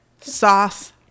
sauce